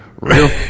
real